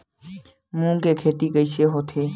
मूंग के खेती कइसे होथे?